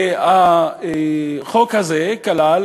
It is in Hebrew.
החוק הזה כלל